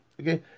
Okay